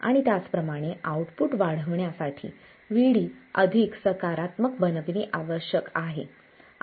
आणि त्याचप्रमाणे आउटपुट वाढविण्यासाठी Vd अधिक सकारात्मक बनविणे आवश्यक आहे